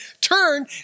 turn